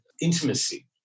intimacy